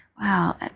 wow